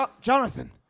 Jonathan